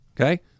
Okay